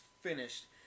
finished